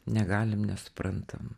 negalim nesuprantam